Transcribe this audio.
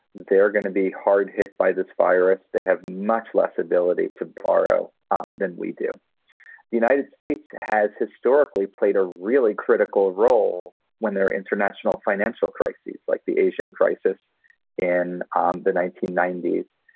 they're going to be hard hit by this virus. they have much less ability to borrow than we do. the united states has historically played a really critical role when their international financial crises like the asian crisis in um the nineteen ninety s.